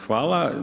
Hvala.